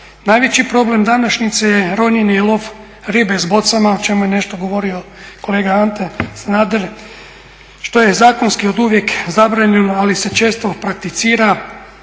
Najveći problem današnjice je ronjenje i lov ribe s bocama, o čemu je nešto govorio kolega Ante Sanader, što je zakonski oduvijek zabranjeno ali se često prakticira,